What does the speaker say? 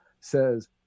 says